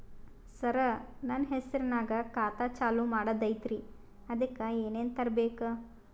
ಸರ, ನನ್ನ ಹೆಸರ್ನಾಗ ಖಾತಾ ಚಾಲು ಮಾಡದೈತ್ರೀ ಅದಕ ಏನನ ತರಬೇಕ?